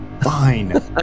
Fine